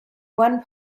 one